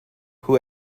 who